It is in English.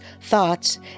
thoughts